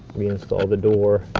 reinstall the door.